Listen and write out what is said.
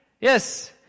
yes